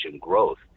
growth